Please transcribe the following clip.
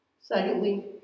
Secondly